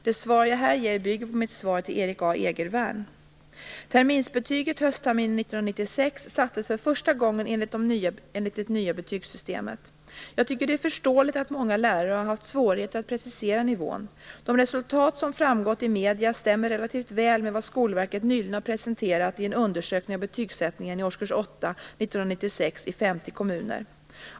Det svar jag här ger bygger på mitt svar till Erik A Egervärn. Terminsbetygen höstterminen 1996 sattes för första gången enligt det nya betygssystemet. Jag tycker att det är förståeligt att många lärare har haft svårigheter att precisera nivån. De resultat som redovisats i medierna stämmer relativt väl med vad Skolverket nyligen har presenterat i en undersökning av betygsättningen i årskurs åtta, år 1996, i 50 kommuner.